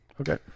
Okay